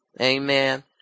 Amen